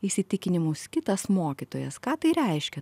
įsitikinimus kitas mokytojas ką tai reiškia